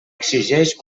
exigeix